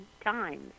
times